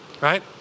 right